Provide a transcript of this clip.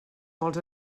molts